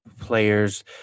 players